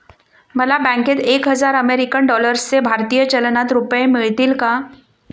मला बँकेत एक हजार अमेरीकन डॉलर्सचे भारतीय चलनात रुपये मिळतील का?